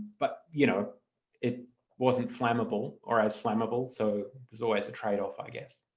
but you know it wasn't flammable or as flammable so there's always a trade-off, i guess.